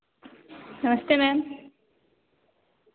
नमस्ते मैम